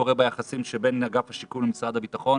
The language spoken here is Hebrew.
קורה ביחסים שבין אגף שיקום למשרד הביטחון